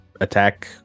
attack